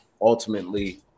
ultimately